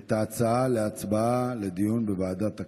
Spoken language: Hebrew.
את ההצעה להצבעה לדיון בוועדת הכספים.